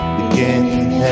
Beginning